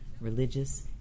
religious